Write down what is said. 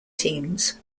teams